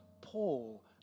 Paul